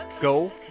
Go